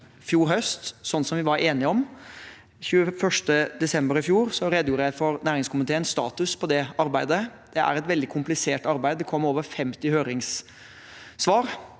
fjor høst, sånn som vi var enige om. Den 21. desember i fjor redegjorde jeg for næringskomiteens status i det arbeidet. Det er et veldig komplisert arbeid. Det kom over 50 høringssvar,